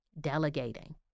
delegating